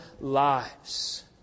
lives